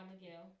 Miguel